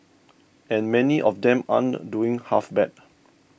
and many of them aren't doing half bad